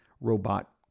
robot